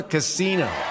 Casino